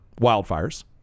wildfires